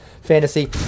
fantasy